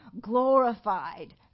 glorified